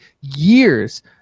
years